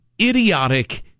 idiotic